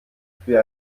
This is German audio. für